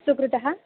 सुकृतः